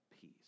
peace